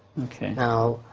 ok. now,